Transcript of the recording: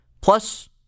plus